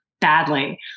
badly